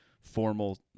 formal